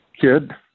Kid